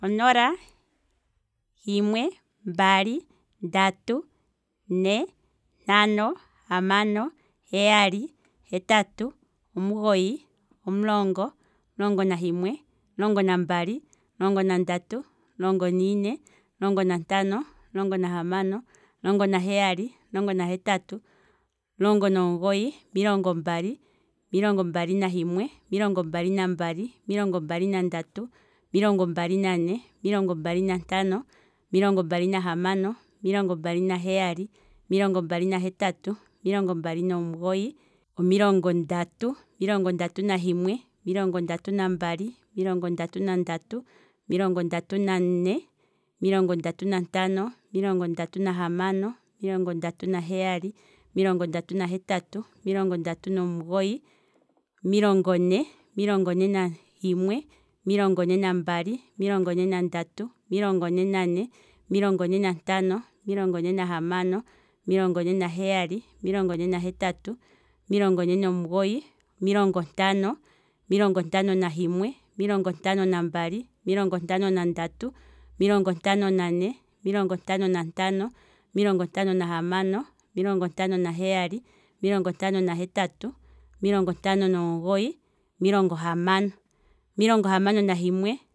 Onola, ohimwe, mbali, ndatu, ine, ntano, hamano, heyali, hetatu, omugoyi, omulongo, omulongo nahimwe, omulongo nambali, omulongo nandatu, omulongo niine, omulongo nantano, omulongo nahamano, omulongo naheyali, omulongo nahetatu, omulongo nomugoyi, omilongo mbali, omilongo mbali nahimwe, omilongo mbali nambali, omilongo mbali nandatu, omilongo mbali niine, omilongo mbali nantano, omilongo mbali nahamano, omilongo mbali naheyali, omilongo mbali nahetatu, omilongo mbali nomugoyi, omilongo ndatu, omilongo ndatu nahimwe, omilongo ndatu nambali, omilongo ndatu nandatu, omilongo ndatu niine, omilongo ndatu nantano, omilongo ndatu nahamano, omilongo ndatu naheyali, omilongo ndatu nahetatu, omilongo ndatu nomugoyi, omilongo ne, omilongo ne nahimwe, omilongo ne nambali, omilongo ne nandatu, omilongo ne nane, omilongo ne nantano, omilongo ne nahamano, omilongo ne naheyali, omilongo ne nahetatu, omilongo ne nomugoyi, omilongo ntano, omilongo ntano nahimwe, omilongo ntano nambali, omilongo ntano nandatu, omilongo ntano nane, omilongo ntano nantano, omilongo ntano nahamano, omilongo ntano naheyali, omilongo ntano nahetatu, omilongo ntano nomugoyi, omilongo hamano, omilongo hamano nahimwe